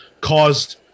caused